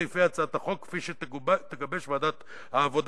סעיפי הצעת החוק כפי שתגבש ועדת העבודה,